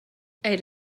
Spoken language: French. elle